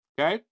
Okay